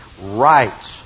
rights